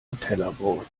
nutellabrot